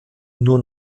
nur